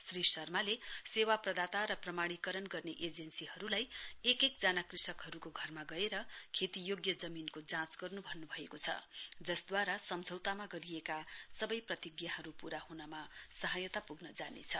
श्री शर्माले सेवा प्रदाता र प्रमाणीकरण गर्ने एजेन्सीहरूलाई एक एक जना कृषकहरूको घरमा गएर खेतीयोग्य जमीनको जाँच गर्न् भन्न्भएको छ जसद्वारा सम्झौतामा गरिएका सबै प्रतिज्ञाहरू पूजा ह्नमा सहायता प्ग्न जानेछ